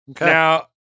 Now